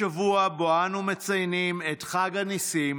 בשבוע שבו אנו מציינים את חג הניסים,